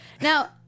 Now